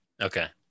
okay